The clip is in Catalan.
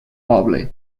poble